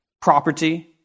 property